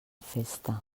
festa